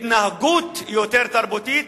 התנהגות יותר תרבותית,